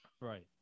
Right